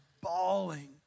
bawling